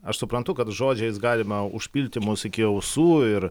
aš suprantu kad žodžiais galima užpilti mus iki ausų ir